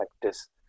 practice